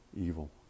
evil